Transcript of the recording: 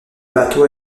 bateau